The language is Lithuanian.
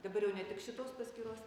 dabar jau ne tik šitos paskyros